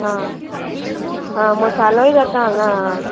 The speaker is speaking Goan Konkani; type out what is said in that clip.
आं आं मसालोय जाता हांगा आं